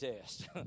test